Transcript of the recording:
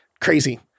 crazy